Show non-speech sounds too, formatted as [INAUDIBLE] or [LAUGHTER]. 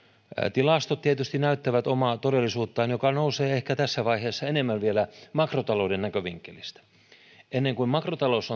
tilastot tietysti näyttävät omaa todellisuuttaan joka nousee ehkä vielä tässä vaiheessa enemmän makrotalouden näkövinkkelistä ennen kuin makrotalous [UNINTELLIGIBLE]